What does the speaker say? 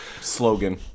slogan